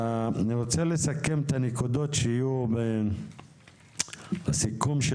אני רוצה לסכם את הנקודות שיהיו בסיכום של